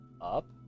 up